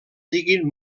siguin